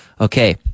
Okay